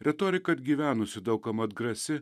retorika atgyvenusi daug kam atgrasi